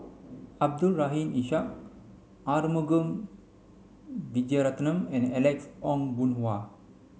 Abdul Rahim Ishak Arumugam Vijiaratnam and Alex Ong Boon Hau